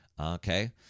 Okay